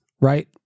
right